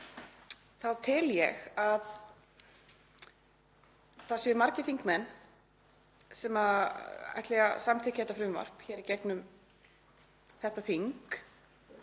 tel ég að það séu margir þingmenn sem ætli að samþykkja þetta frumvarp í gegnum þetta þing